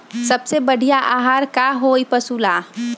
सबसे बढ़िया आहार का होई पशु ला?